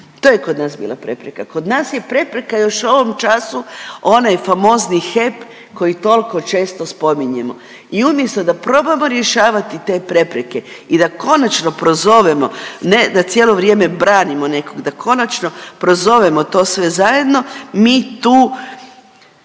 To je kod nas bila prepreka. Kod nas je prepreka još u ovom času onaj famozni HEP koliko toliko često spominjemo i umjesto da probamo rješavati te prepreke i da konačno prozovemo ne da cijelo vrijeme branimo nekog, da konačno prozovemo to sve zajedno mi tu,